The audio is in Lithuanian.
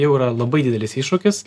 jau yra labai didelis iššūkis